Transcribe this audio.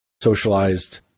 socialized